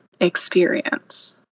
experience